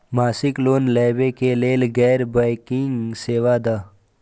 मासिक लोन लैवा कै लैल गैर बैंकिंग सेवा द?